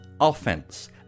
offense